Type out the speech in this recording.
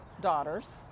daughters